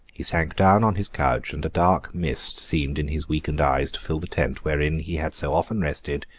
he sunk down on his couch, and a dark mist seemed in his weakened eyes to fill the tent wherein he had so often rested,